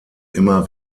immer